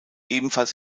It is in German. ebenfalls